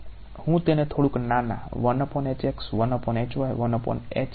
હું તેને થોડુંક નાના સૂચનમાં લખીશ